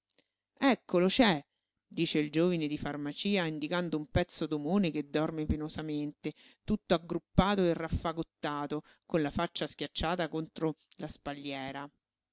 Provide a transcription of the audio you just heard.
eccolo c'è dice il giovine di farmacia indicando un pezzo d'omone che dorme penosamente tutto aggruppato e raffagottato con la faccia schiacciata contro la spalliera